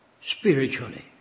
spiritually